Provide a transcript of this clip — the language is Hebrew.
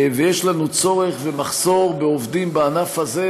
ויש לנו צורך ומחסור בעובדים בענף הזה,